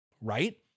right